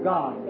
God